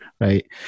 right